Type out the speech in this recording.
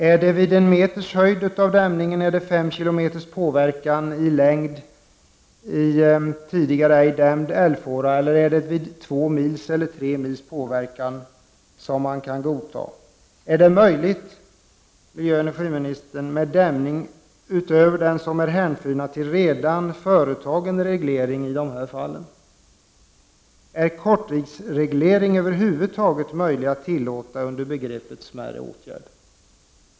Är det vid en meters höjd av dämningen, fem kilometers påverkan i längd i tidigare ej dämd älvfåra eller är det två mils eller tre mils påverkan som kan godtas? Är det möjligt med dämning utöver det som är hänförligt till redan företagen reglering i dessa fall, miljöoch energiministern? Är korttidsreglering över huvud taget möjlig att tillåta inom begreppet smärre åtgärd?